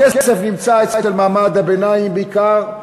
הכסף נמצא אצל מעמד הביניים בעיקר,